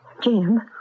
Jim